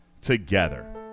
together